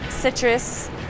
Citrus